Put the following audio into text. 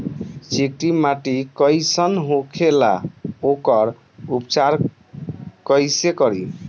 चिकटि माटी कई सन होखे ला वोकर उपचार कई से करी?